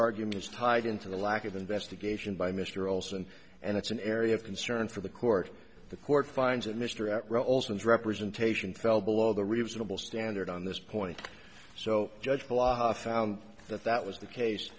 argument is tied into the lack of investigation by mr olson and it's an area of concern for the court the court finds that mr at roles and representation fell below the reasonable standard on this point so judge the law found that that was the case